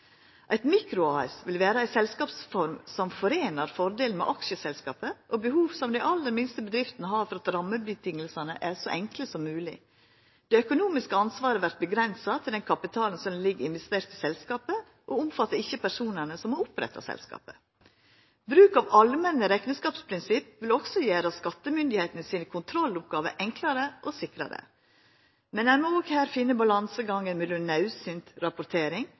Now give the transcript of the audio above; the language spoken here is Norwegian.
Eit mikro-AS vil vera ei selskapsform som sameiner fordelane med aksjeselskapet og behovet som dei aller minste bedriftene har for at rammevilkåra er så enkle som mogleg. Det økonomiske ansvaret vert avgrensa til den kapitalen som ligg investert i selskapet, og omfattar ikkje personane som har oppretta selskapet. Bruk av allmenne rekneskapsprinsipp vil òg gjera skattemyndigheitene si kontrolloppgåve enklare og sikrare. Men ein må òg her finna balansegangen mellom naudsynt rapportering